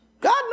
God